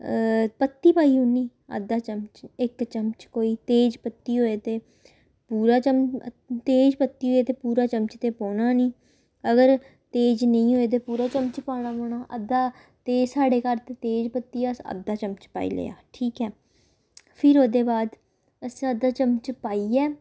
पत्ती पाई ओड़नी अद्धा चमच इक चमच कोई तेज पत्ती होऐ ते पूरा चम तेज पत्ती होऐ ते पूरा चमच ते पौना निं अगर तेज नेईं होऐ ते पूरा चमच पाना पौना अद्धा तेज साढ़े घर ते तेज पत्ती अस अद्धा चमच पाई लेआ ठीक ऐ फिर ओह्दे बाद असें अद्धा चमच पाइयै